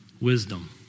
Wisdom